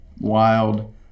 wild